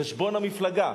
חשבון המפלגה.